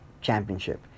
championship